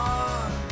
on